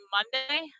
Monday